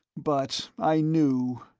but i knew!